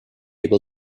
able